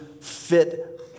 fit